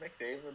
McDavid